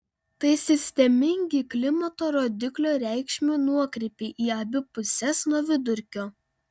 tai sistemingi klimato rodiklio reikšmių nuokrypiai į abi puses nuo vidurkio